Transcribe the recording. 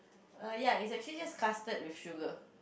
err ya it's actually just custard with sugar